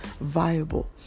viable